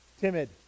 timid